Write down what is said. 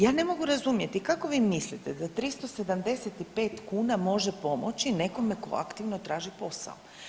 Ja ne mogu razumjeti kako vi mislite da 375 kuna može pomoći nekome tko aktivno traži posao?